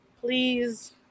please